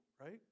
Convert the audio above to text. right